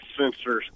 sensors